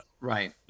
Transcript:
Right